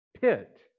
Pit